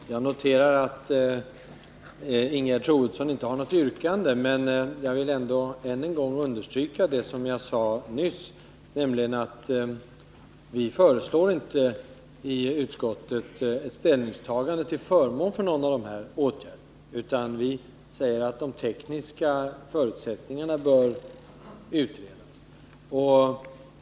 Herr talman! Jag noterar att Ingegerd Troedsson inte hade något yrkande, men jag vill ändå ytterligare en gång understryka vad jag sade nyss, nämligen att vi i utskottet inte föreslår ett ställningstagande till förmån för någon av de här åtgärderna. Vi säger endast att de tekniska förutsättningarna bör utredas.